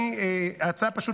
ההצעה פשוט